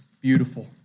beautiful